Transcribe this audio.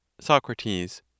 Socrates